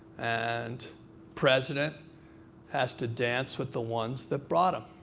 and president has to dance with the ones that brought him.